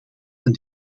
een